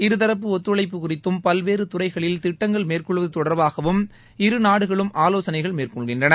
இருதாப்பு ஒத்துழைப்பு குறித்தும் பல்வேறு துறைகளில் திட்டங்கள் மேற்கொள்வது தொடர்பாகவும் இரு நாடுகளும் ஆலோசனை மேற்கொள்கின்றன